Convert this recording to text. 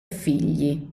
figli